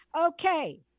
Okay